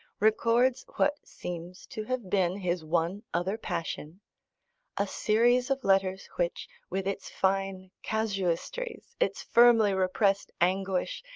records what seems to have been his one other passion a series of letters which, with its fine casuistries, its firmly repressed anguish,